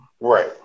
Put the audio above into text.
Right